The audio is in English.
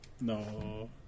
No